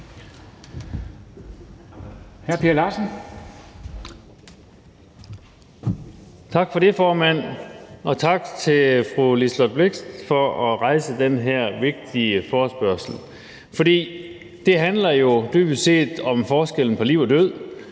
Tak for det, formand. Og tak til fru Liselott Blixt for at rejse den her vigtige forespørgsel. For det handler jo dybest set om forskellen mellem liv og død